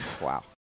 Wow